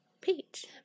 peach